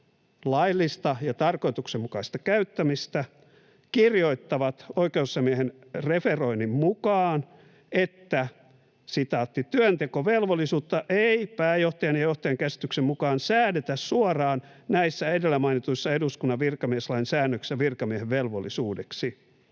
laillista ja tarkoituksenmukaista käyttämistä, kirjoittavat oikeusasiamiehen referoinnin mukaan: ”Työntekovelvollisuutta ei pääjohtajan ja johtajan käsityksen mukaan säädetä suoraan näissä edellä mainituissa eduskunnan virkamieslain säännöksissä virkamiehen velvollisuudeksi.